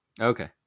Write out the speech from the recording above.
Okay